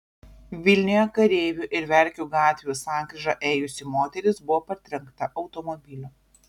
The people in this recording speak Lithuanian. vilniuje kareivių ir verkių gatvių sankryža ėjusi moteris buvo partrenkta automobilio